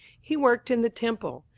he worked in the temple.